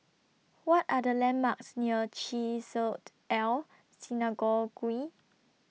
What Are The landmarks near Chesed El Synagogue